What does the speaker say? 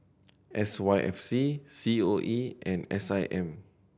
S Y F C C O E and S I M